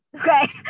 Okay